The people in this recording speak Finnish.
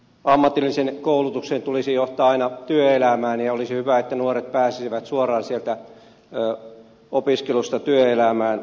ammatillisen koulutuksen tulisi johtaa aina työelämään ja olisi hyvä että nuoret pääsisivät suoraan sieltä opiskelusta työelämään